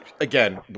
again